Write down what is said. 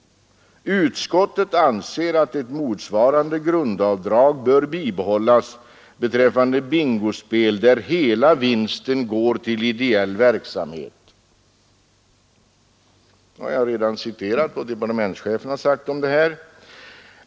Utskottet anser att ett motsvarande grundavdrag bör bibehållas beträffande bingospel, där hela vinsten går till ideell verksamhet.” Jag har redan citerat vad departementschefen har sagt om detta.